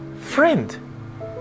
friend